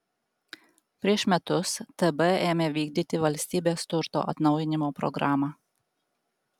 prieš metus tb ėmė vykdyti valstybės turto atnaujinimo programą